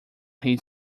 his